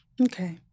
Okay